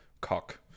Cock